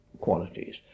qualities